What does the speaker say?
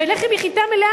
ולחם מחיטה מלאה,